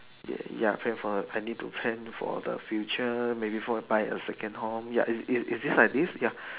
ya ya plan for planning to plan for the future maybe for buy a second home ya is it like this ya